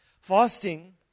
fasting